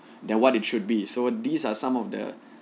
than what it should be so these are some of the